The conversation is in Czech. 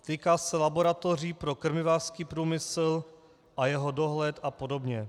Týká se laboratoří pro krmivářský průmysl a jeho dohled apod.